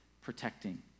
protecting